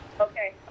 Okay